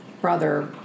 brother